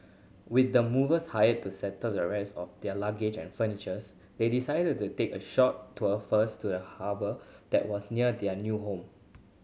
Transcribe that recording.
with the movers hired to settle the rest of their luggage and furnitures they decided to take a short tour first to the harbour that was near their new home